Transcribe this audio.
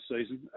season